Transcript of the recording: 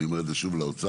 אני אומר את זה שוב לאוצר.